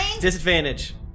Disadvantage